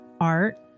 art